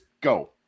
go